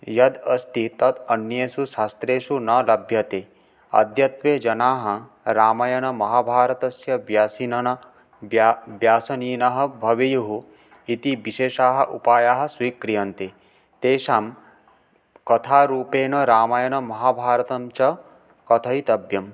यद् अस्ति तत् अन्येषु शास्त्रेषु न लभ्यते अद्यत्वे जनाः रामायणमहाभारतस्य व्यसनिनः व्यसिननः भवेयुः इति विशेषाः उपायाः स्वीक्रियन्ते तेषां कथारूपेण रामायणमहाभारतञ्च कथयितव्यम्